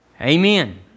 Amen